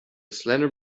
slender